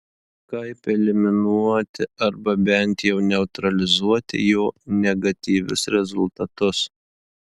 kaip eliminuoti arba bent jau neutralizuoti jo negatyvius rezultatus